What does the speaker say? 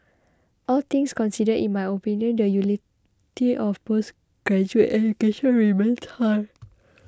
all things considered in my opinion the utility of postgraduate education remains thigh